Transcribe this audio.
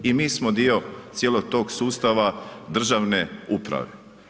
I mi smo dio cijelog tog sustava državne uprave.